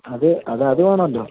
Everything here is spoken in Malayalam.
അത് അത് അത് വേണം അല്ലൊ